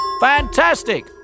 Fantastic